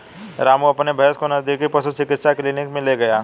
रामू अपनी भैंस को नजदीकी पशु चिकित्सा क्लिनिक मे ले गया